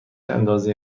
اندازه